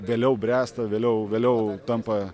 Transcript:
vėliau bręsta vėliau vėliau tampa